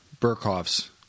Burkhoff's